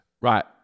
Right